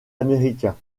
américain